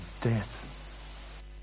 death